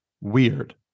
WEIRD